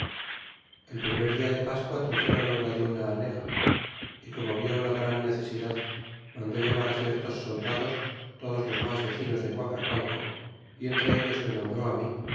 el primer dia de pascua truxéron obra de una hanega y como vió la gran necesidad mandó llamar ciertos soldados todos los mas vecinos de guacacualco y entre ellos me nombró mi